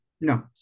no